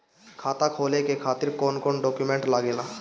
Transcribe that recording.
खाता खोले के खातिर कौन कौन डॉक्यूमेंट लागेला?